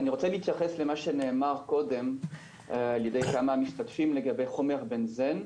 אני רוצה להתייחס למה שנאמר קודם על ידי כמה משתתפים לגבי חומר בנזן.